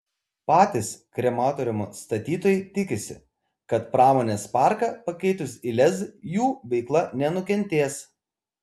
patys krematoriumo statytojai tikisi kad pramonės parką pakeitus į lez jų veikla nenukentės